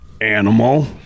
Animal